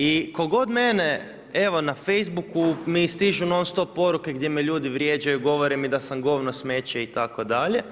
I tko god mene, evo na Facebooku mi stižu non stop poruke, gdje me ljudi vrijeđaju, govore mi da sam govno, smeće itd.